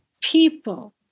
people